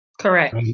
Correct